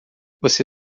você